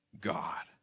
God